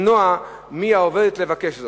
למנוע מהעובדת לבקש זאת.